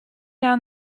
down